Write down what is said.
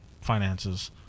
finances